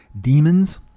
demons